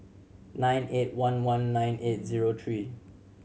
nine eight one one nine eight zero three